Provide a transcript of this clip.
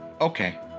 Okay